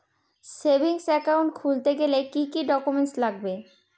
Savings account খুলতে গেলে কি কি ডকুমেন্টস লাগবে?